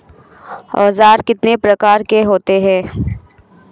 औज़ार कितने प्रकार के होते हैं?